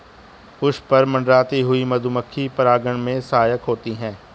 पुष्प पर मंडराती हुई मधुमक्खी परागन में सहायक होती है